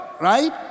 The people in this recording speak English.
right